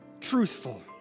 truthful